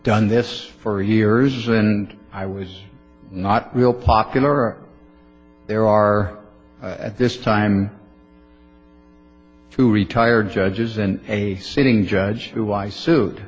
done this for years and i was not real popular there are at this time two retired judges and a sitting judge who i suit